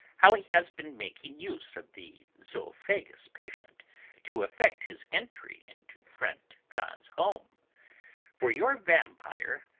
how he has been making use of the zoophagous patient to effect his entry into friend john's home for your vampire,